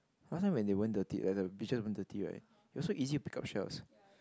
last time when they weren't dirty err beaches weren't dirty right they're so easy to pick up shells